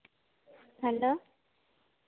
hello